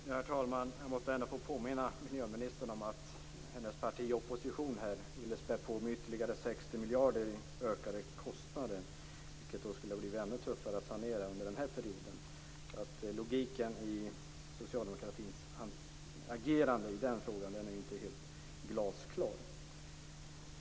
Herr talman! Jag måste ändå påminna miljöministern om att hennes parti i opposition ville späda på med ytterligare 60 miljarder i ökade kostnader, vilket skulle ha gjort saneringen ännu tuffare under den här perioden. Logiken i socialdemokraternas agerande är inte helt glasklar.